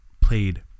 played